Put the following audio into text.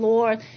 Lord